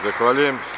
Zahvaljujem.